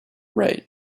right